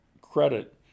credit